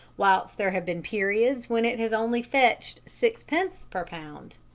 whilst there have been periods when it has only fetched sixpence per pound.